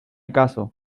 caso